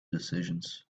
decisions